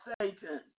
Satan